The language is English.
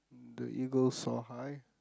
the eagle soar high